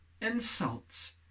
insults